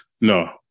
No